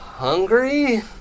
Hungry